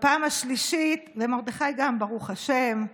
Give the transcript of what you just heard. מרדכי גם, ברוך השם,